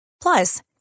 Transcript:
Plus